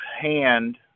hand